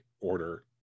Order